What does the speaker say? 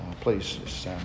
Please